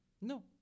No